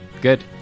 Good